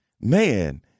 man